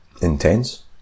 intense